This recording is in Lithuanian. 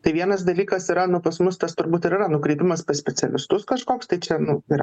tai vienas dalykas yra nu pas mus tas turbūt ir yra nukreipimas pas specialistus kažkoks tai čia nu yra